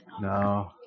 No